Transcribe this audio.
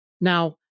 Now